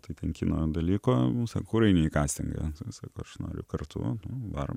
tai ten kino dalyko nu sako kur eini į kastingą sako aš noriu kartu nu varom